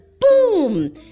boom